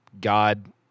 God